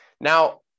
now